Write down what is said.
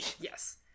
Yes